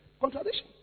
Contradiction